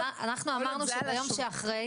אבל מה הקשר בין תקרה,